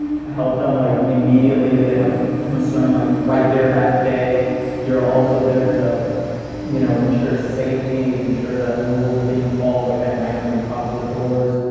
help them like immediately if they have a concern like right there that day you're also there to ah you know ensure safety, ensure that rules are being followed like at night nobody props the doors.